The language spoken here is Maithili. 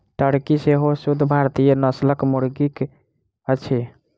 टर्की सेहो शुद्ध भारतीय नस्लक मुर्गी अछि